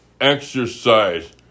exercise